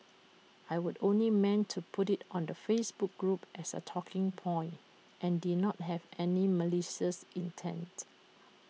I would only meant to put IT on the Facebook group as A talking point and did not have malicious intent